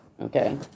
okay